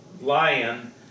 lion